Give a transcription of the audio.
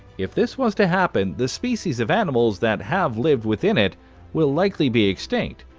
if this was to happen, the species of animals that have lived within it will likely be extinct,